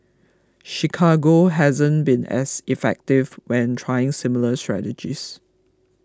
Chicago hasn't been as effective when trying similar strategies